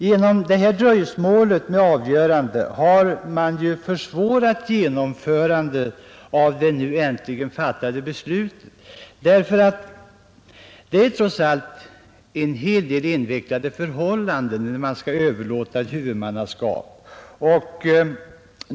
Genom detta dröjsmål med avgörandet har man försvårat genomförandet av det nu äntligen fattade beslutet. Det är trots allt en hel del invecklade förhållanden när man skall överlåta ett huvudmannaskap.